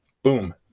Boom